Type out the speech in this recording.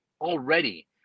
already